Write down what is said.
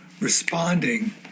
responding